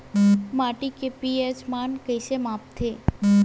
माटी के पी.एच मान कइसे मापथे?